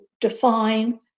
define